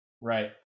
Right